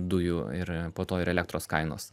dujų ir po to ir elektros kainos